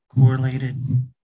correlated